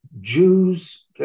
Jews